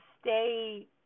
stay